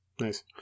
Nice